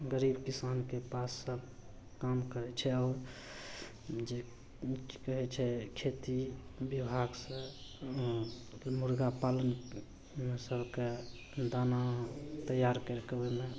गरीब किसानके पास सब काम करै छै आओर जे कि कहै छै खेती विभागसे मुरगा पालनमे सबके दाना तैआर करिके ओहिमे